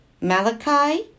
Malachi